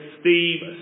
Steve